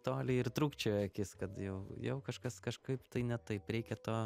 tolį ir trūkčioja akis kad jau jau kažkas kažkaip tai ne taip reikia to